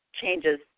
changes